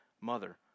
mother